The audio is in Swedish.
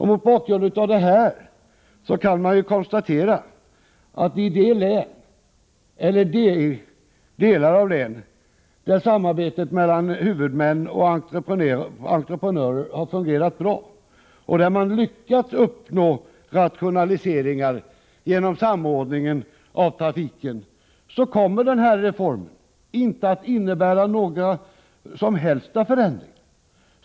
Mot bakgrund av detta kan konstateras att i de delar av län där samarbetet mellan huvudmän och entreprenörer har fungerat bra och där man har lyckats uppnå rationaliseringar genom samordning av trafiken kommer reformen inte att innebära några som helst förändringar.